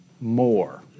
more